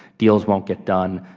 deals won't get done,